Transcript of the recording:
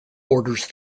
borders